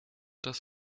das